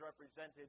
represented